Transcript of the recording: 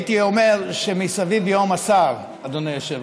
הייתי אומר שמסביב יהום הסער, אדוני היושב-ראש.